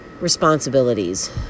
Responsibilities